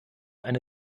eine